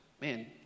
Man